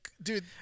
Dude